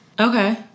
okay